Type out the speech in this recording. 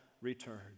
return